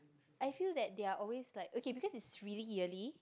I feel that they are always like okay because it's really yearly